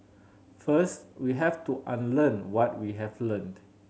first we have to unlearn what we have learnt